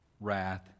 wrath